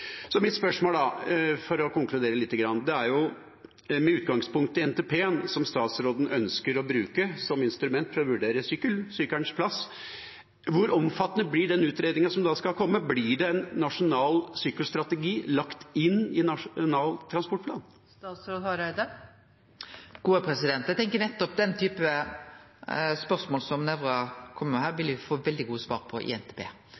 Mitt spørsmål, for å konkludere lite grann, er da: Med utgangspunkt i NTP, som statsråden ønsker å bruke som instrument for å vurdere sykkelens plass, hvor omfattende blir den utredningen som skal komme? Blir det en nasjonal sykkelstrategi som blir lagt inn i Nasjonal transportplan? Eg tenkjer at nettopp den typen spørsmål som Nævra kjem med her, vil ein få veldig gode svar på i